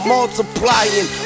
Multiplying